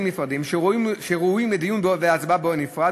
נפרדים שראויים לדיון ולהצבעה בנפרד,